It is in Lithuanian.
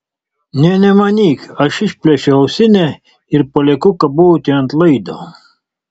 nė nemanyk aš išplėšiu ausinę ir palieku kaboti ant laido